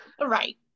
right